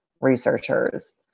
researchers